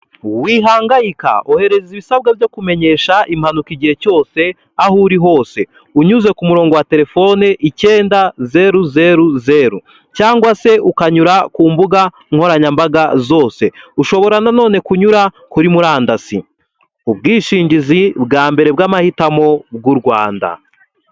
Wihangayika ohereza ibisabwa byo kumenyesha impanuka igihe cyose aho uri hose unyuze ku murongo wa telefone, ikenda zeru zeru zeru cyangwa se ukanyura ku mbuga nkoranyambaga zose ushobora nanone kunyura kuri murandasi, ubwishingizi bwa mbere bw'amahitamo bw'u Rwanda.